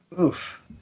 Oof